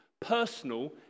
personal